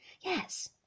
Yes